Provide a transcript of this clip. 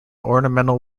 ornamental